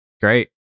Great